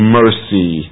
mercy